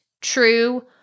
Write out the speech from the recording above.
true